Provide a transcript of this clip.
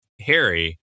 Harry